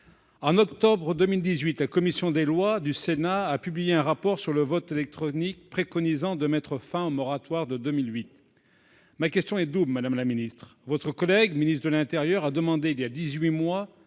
en octobre 2018, la commission des lois du Sénat a publié un rapport sur le vote électronique, préconisant de mettre fin au moratoire de 2008, ma question est double : madame la Ministre votre collègue ministre de l'Intérieur a demandé il y a 18 mois